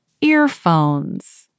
earphones